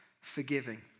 forgiving